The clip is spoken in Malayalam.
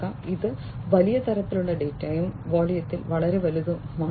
ഇത് വലിയ തരത്തിലുള്ള ഡാറ്റയും വോള്യത്തിൽ വളരെ വലുതുമാണ്